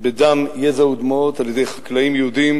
בדם יזע ודמעות על-ידי חקלאים יהודים,